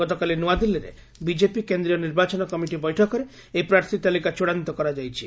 ଗତକାଲି ନ୍ତଆଦିଲ୍ଲୀରେ ବିଜେପି କେନ୍ଦ୍ରୀୟ ନିର୍ବାଚନ କମିଟି ବୈଠକରେ ଏହି ପ୍ରାର୍ଥୀ ତାଲିକା ଚଡ଼ାନ୍ତ କରାଯାଇଚି